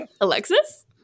Alexis